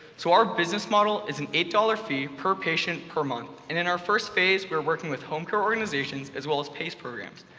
so our business model is an eight dollars fee per patient per month. and in our first phase, we're working with home-care organizations, as well as pace programs.